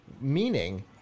meaning